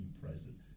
present